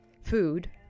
food